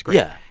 yeah,